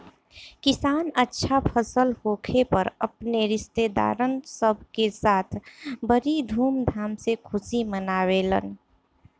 किसान अच्छा फसल होखे पर अपने रिस्तेदारन सब के साथ बड़ी धूमधाम से खुशी मनावेलन